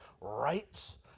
rights